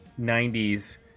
90s